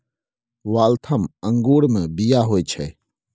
Waltham अंगूरमे बीया होइत छै